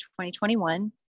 2021